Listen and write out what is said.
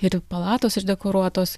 ir palatos išdekoruotos